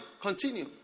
Continue